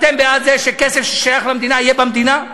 אתם בעד זה שכסף ששייך למדינה יהיה במדינה?